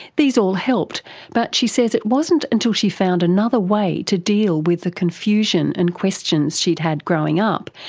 these all helped but she says it wasn't until she found another way to deal with the confusion and questions she'd had growing up,